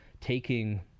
taking